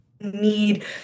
need